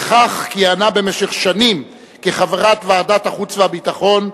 וכך כיהנה במשך שנים כחברת ועדת החוץ והביטחון,